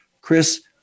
Chris